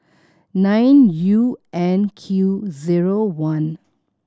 nine U N Q zero one